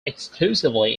exclusively